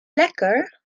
lekker